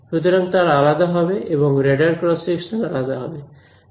সুতরাং তারা আলাদা হবে এবং রেডার ক্রস সেকশন আলাদা হবে